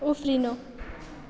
उफ्रिनु